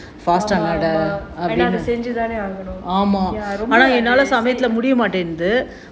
ஏனா அத செஞ்சு தான ஆகணும்:yaenaa atha senju thana aaganum ya ரொம்ப:romba